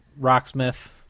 Rocksmith